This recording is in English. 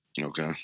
Okay